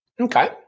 Okay